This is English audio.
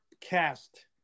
Cast